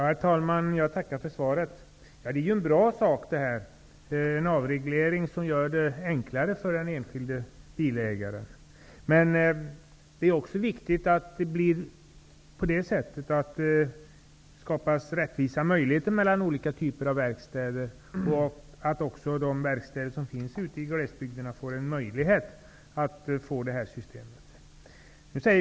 Herr talman! Jag tackar för svaret. Detta är ju en bra sak. En avreglering som gör det enklare för den enskilde bilägaren. Det är också viktigt att det skapas rättvisa möjligheter mellan olika typer av verkstäder och att de verkstäder som finns ute i glesbygderna får en möjlighet att vara med i det här systemet.